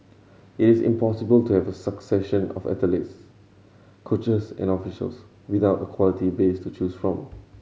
it is impossible to have a succession of athletes coaches and officials without a quality base to choose from